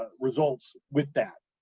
ah results with that,